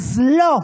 אז לא.